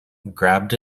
grabbed